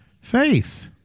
faith